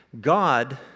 God